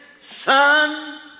son